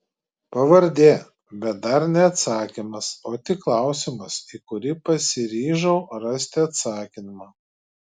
pavardė bet dar ne atsakymas o tik klausimas į kurį pasiryžau rasti atsakymą